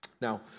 Now